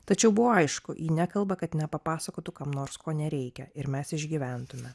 tačiau buvo aišku ji nekalba kad nepapasakotų kam nors ko nereikia ir mes išgyventume